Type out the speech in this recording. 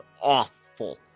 awful